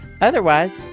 Otherwise